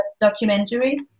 documentary